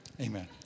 Amen